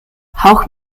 hauch